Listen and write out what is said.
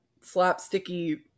slapsticky